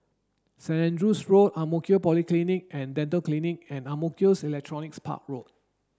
Saint Andrew's Road Ang Mo Kio Polyclinic and Dental Clinic and Ang Mo Kio Electronics Park Road